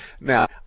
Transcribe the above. Now